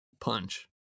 punch